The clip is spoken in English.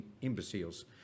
imbeciles